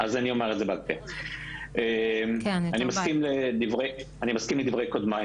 אני מסכים לדברי קודמיי.